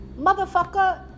motherfucker